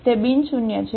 તે બિન શૂન્ય છે